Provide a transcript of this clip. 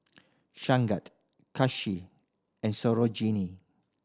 and Sarojini